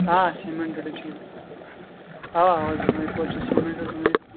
آ سیٖمٮ۪نٹِڈٕے چھُ اَوے اَوا اَوا دۅنوَے پور چھِس سیٖمٮ۪نٛٹِڈ بنٲوِتھ